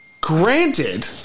granted